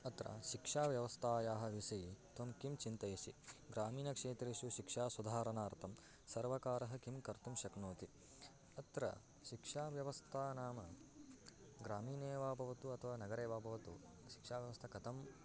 अत्र शिक्षा व्यवस्थायाः विषये त्वं किं चिन्तयसि ग्रामीणक्षेत्रेषु शिक्षा सुधारणार्थं सर्वकारः किं कर्तुं शक्नोति अत्र शिक्षा व्यवस्था नाम ग्रामे वा भवतु अथवा नगरे वा भवतु शिक्षा व्यवस्था कथं